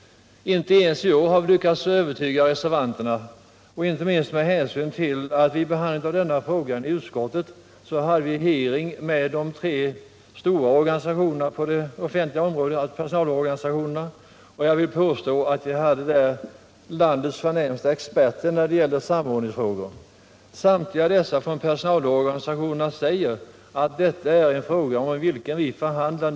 Inte ens i år har vi kunnat övertyga reservanterna, trots att vi vid behandlingen av denna fråga i utskottet hade en hearing med företrädare för de tre stora personalorganisationerna på det offentliga området. Jag vill påstå att vi där hade samlat landets förnämsta experter på samordningsfrågor. Samtliga dessa företrädare för personalorganisationerna säger att detta är en fråga, om vilken man numera förhandlar.